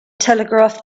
telegraph